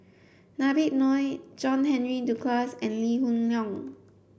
Nabib Noh John Henry Duclos and Lee Hoon Leong